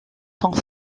sont